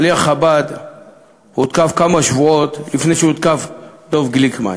שליח חב"ד הותקף כמה שבועות לפני שהותקף דב גליקמן.